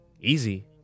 Easy